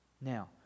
Now